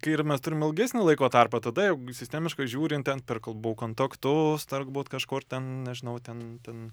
kai ir mes turim ilgesnį laiko tarpą tada jau sistemiškai žiūrint ten per kalbų kontaktus tarkbūt kažkur ten nežinau ten ten